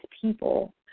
people